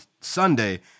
Sunday